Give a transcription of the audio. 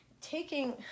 taking